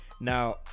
now